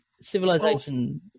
Civilization